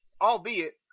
albeit